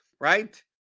right